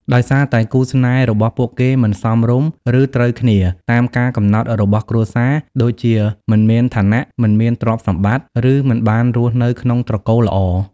ដោយសារតែគូស្នេហ៍របស់ពួកគេមិន សមរម្យ ឬ ត្រូវគ្នា តាមការកំណត់របស់គ្រួសារ ដូចជាមិនមានឋានៈ មិនមានទ្រព្យសម្បត្តិ ឬមិនបានរស់នៅក្នុងត្រកូលល្អ។